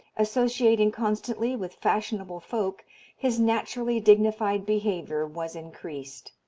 associating constantly with fashionable folk his naturally dignified behavior was increased.